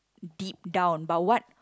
deep down but what